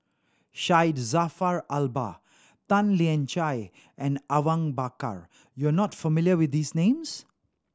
Syed Jaafar Albar Tan Lian Chye and Awang Bakar you are not familiar with these names